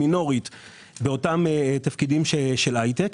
מינורית בתפקידי ההייטק.